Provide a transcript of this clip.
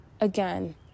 again